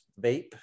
vape